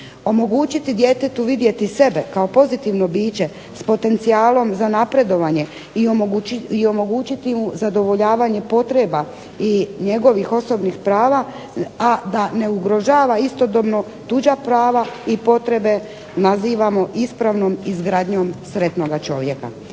Omogućiti djetetu vidjeti sebe kao pozitivno biće s potencijalom za napredovanje i omogućiti mu zadovoljavanje potreba i njegovih osobnih prava, a da ne ugrožava istodobno tuđa prava i potrebe nazivamo ispravnom izgradnjom sretnoga čovjeka.